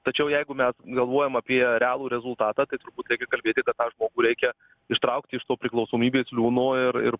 tačiau jeigu mes galvojam apie realų rezultatą tai turbūt reikia kalbėti kad tą žmogų reikia ištraukti iš to priklausomybės liūno ir ir